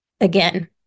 Again